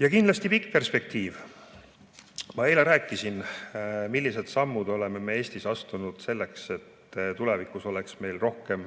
Ja kindlasti pikk perspektiiv. Ma eile rääkisin, millised sammud me oleme Eestis astunud selleks, et tulevikus oleks meil rohkem